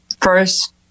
first